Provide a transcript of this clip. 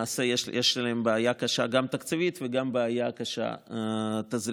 להם בעיה קשה גם תקציבית וגם בעיה קשה תזרימית.